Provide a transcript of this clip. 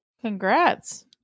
congrats